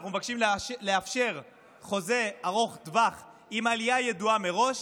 אנחנו מבקשים לאפשר חוזה ארוך טווח עם עלייה ידועה מראש,